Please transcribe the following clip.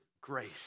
grace